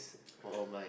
all mine